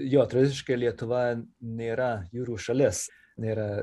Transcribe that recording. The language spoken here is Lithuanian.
jo tradiciškai lietuva nėra jūrų šalis nėra